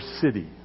city